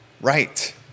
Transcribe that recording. right